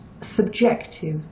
subjective